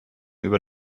über